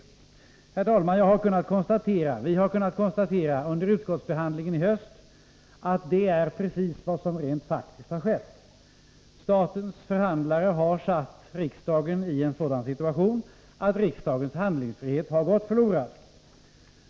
Herr talman! Vi har under utskottsbehandlingen i höst kunnat konstatera att det är precis vad som rent faktiskt har skett. Statens förhandlare har försatt riksdagen i en sådan situation att riksdagens handlingsfrihet har gått förlorad.